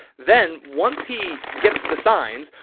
then once he gets the signs,